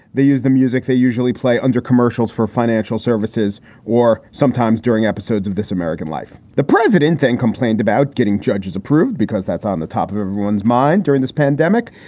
they use the music. they usually play under commercials for financial services or sometimes during episodes of this american life. the president then complained about getting judges approved because that's on the top of everyone's mind during this pandemic.